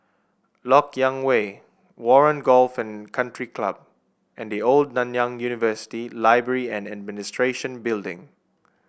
LoK Yang Way Warren Golf and Country Club and The Old Nanyang University Library and Administration Building